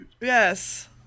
Yes